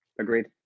Agreed